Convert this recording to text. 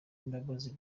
imbabazi